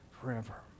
forever